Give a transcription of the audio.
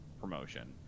promotion